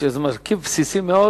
שזה מרכיב בסיסי מאוד,